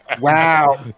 Wow